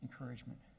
encouragement